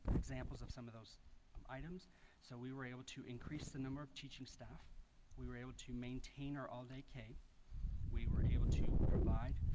examples of some of those um items so we were able to increase the number of teaching staff we were able to maintain our all-day k we were able to provide